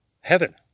heaven